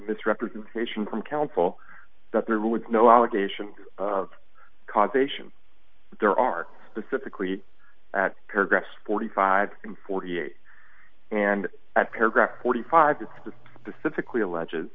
misrepresentation from counsel that there was no allegation of causation there are specifically paragraphs forty five and forty eight and at paragraph forty five